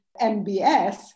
MBS